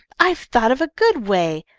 i've thought of a good way.